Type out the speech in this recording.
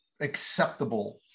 acceptable